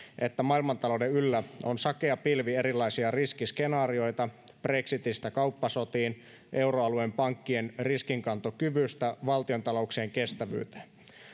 että maailmantalouden yllä on sakea pilvi erilaisia riskiskenaarioita brexitistä kauppasotiin euroalueen pankkien riskinkantokyvystä valtiontalouksien kestävyyteen